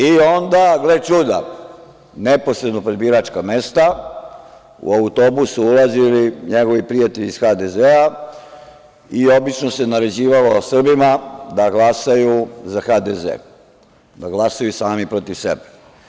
I onda, gle čuda, neposredno pred biračka mesta, u autobus su ulazili njegovi prijatelji iz HDZ i obično se naređivalo Srbima da glasaju za HDZ, da glasaju sami protiv sebe.